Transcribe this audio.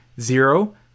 zero